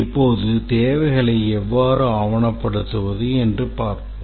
இப்போது தேவைகளை எவ்வாறு ஆவணப்படுத்துவது என் று பார்ப்போம்